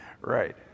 Right